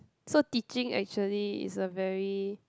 so teaching actually is a very